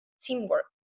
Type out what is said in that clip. teamwork